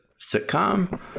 sitcom